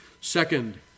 second